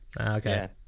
okay